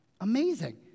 amazing